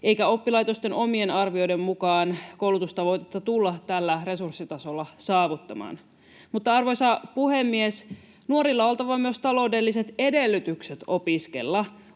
eikä oppilaitosten omien arvioiden mukaan koulutustavoitetta tulla tällä resurssitasolla saavuttamaan. Mutta, arvoisa puhemies, nuorilla on oltava myös taloudelliset edellytykset opiskella.